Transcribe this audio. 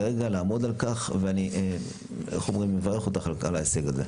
לרגע לעמוד על כך ואני מברך אותך על ההישג הזה.